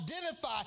identify